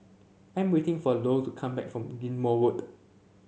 I am waiting for Lou to come back from Ghim Moh Road